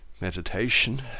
Meditation